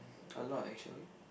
a lot actually